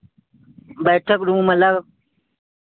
बैठक रूम अलग